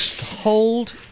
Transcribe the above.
Hold